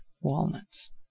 walnuts